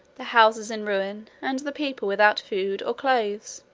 the houses in ruins, and the people without food or clothes.